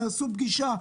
יעשו פגישה.